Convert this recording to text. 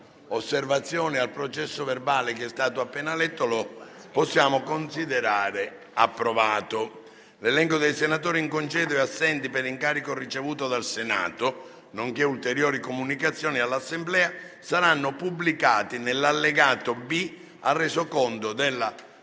L'elenco dei senatori in congedo e assenti per incarico ricevuto dal Senato, nonché ulteriori comunicazioni all'Assemblea saranno pubblicati nell'allegato B al Resoconto della